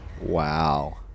Wow